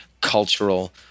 cultural